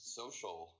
social